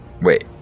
wait